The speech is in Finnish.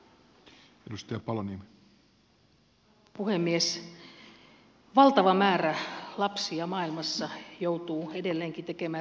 valtava määrä lapsia maailmassa joutuu edelleenkin tekemään raskasta työtä